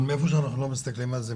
אבל מאיפה שאנחנו לא מסתכלים על זה,